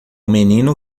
menino